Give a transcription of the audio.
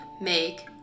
Make